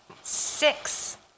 Six